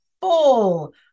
full